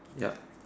ya